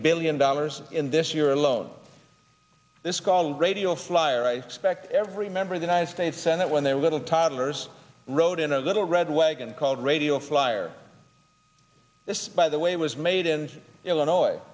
billion dollars in this year alone this call radio flyer i suspect every member of the united states senate when their little toddlers rode in a little red wagon called radio flyer this by the way was made in illinois